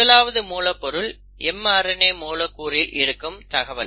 முதலாவது மூலப்பொருள் mRNA மூலக்கூறில் இருக்கும் தகவல்